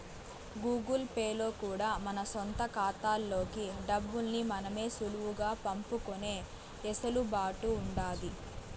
Google Pay లో కూడా మన సొంత కాతాల్లోకి డబ్బుల్ని మనమే సులువుగా పంపుకునే ఎసులుబాటు ఉండాది